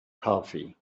coffee